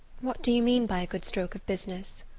what do you mean by a good stroke of business?